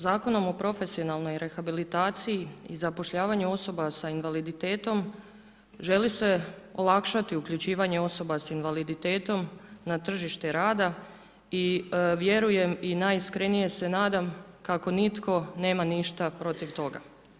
Zakonom o profesionalnom rehabilitaciji i zapošljavanju osoba s invaliditetom želi se olakšati uključivanje osoba s invaliditetom na tržište rada i vjerujem i najiskrenije se nadam kako nitko nema ništa protiv toga.